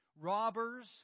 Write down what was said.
robbers